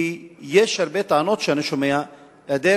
כי יש הרבה טענות שאני שומע על היעדר